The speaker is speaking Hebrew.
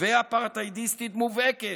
ואפרטהיידיסטית מובהקת.